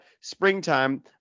springtime